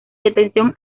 detención